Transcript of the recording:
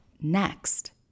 Next